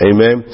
Amen